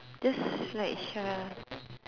this like Sha